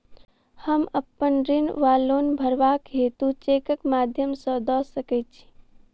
हम अप्पन ऋण वा लोन भरबाक हेतु चेकक माध्यम सँ दऽ सकै छी?